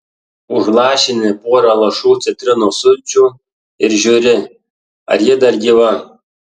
užlašini porą lašų citrinos sulčių ir žiūri ar ji dar gyva